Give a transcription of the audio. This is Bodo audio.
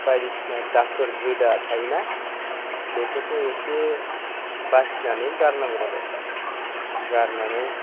बायदिसिना दाखोर रोदा थायोना बेफोरखौ एसे बासिनानै गारनांगौ आरो गारनानै